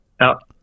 out